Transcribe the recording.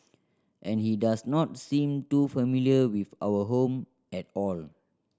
and he does not seem too familiar with our home at all